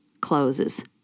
closes